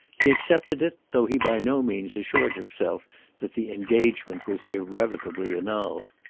he accepted it, though he by no means assured himself that the engagement was irrevocably annulled.